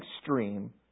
extreme